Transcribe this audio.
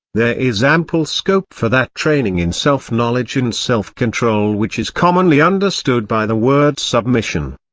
there is ample scope for that training in self-knowledge and self-control which is commonly understood by the word submission.